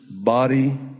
body